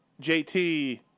JT